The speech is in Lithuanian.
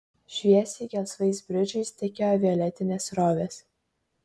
šviesiai gelsvais bridžais tekėjo violetinės srovės